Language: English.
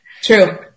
True